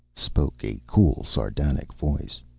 spoke a cool, sardonic voice.